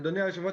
אדוני היושב-ראש,